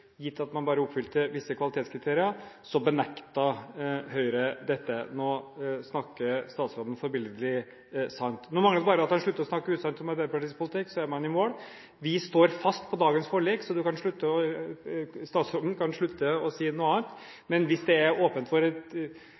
gitt at man bare oppfylte visse kvalitetskriterier, benektet Høyre dette. Nå snakker statsråden forbilledlig sant. Nå mangler det bare at han slutter å snakke usant om Arbeiderpartiets politikk, så er man i mål. Vi står fast på dagens forlik, så statsråden kan slutte å si noe annet, men hvis det er åpent for et